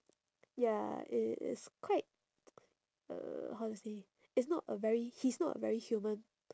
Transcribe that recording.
ya it is quite uh how to say it's not a very he is not a very human